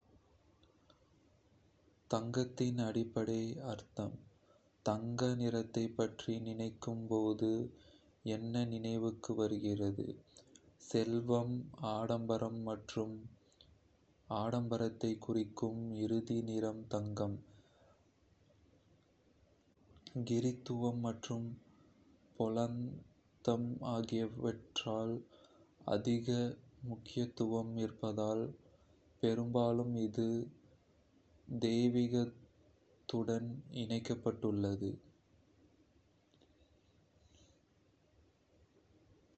தங்கத்தின் அடிப்படை அர்த்தம் தங்க நிறத்தைப் பற்றி நினைக்கும் போது என்ன நினைவுக்கு வருகிறது? செல்வம், ஆடம்பரம் மற்றும் ஆடம்பரத்தை குறிக்கும் இறுதி நிறம் தங்கம். கிறித்துவம் மற்றும் பௌத்தம் ஆகியவற்றில் அதிக முக்கியத்துவம் இருப்பதால் பெரும்பாலும் இது தெய்வீகத்துடன் இணைக்கப்பட்டுள்ளது.